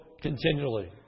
continually